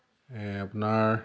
আপোনাৰ